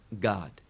God